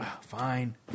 Fine